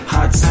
Hot